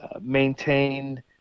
maintain